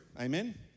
amen